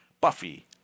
Buffy